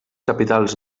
capitals